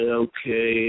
okay